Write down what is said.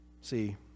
See